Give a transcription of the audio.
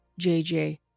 JJ